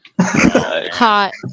hot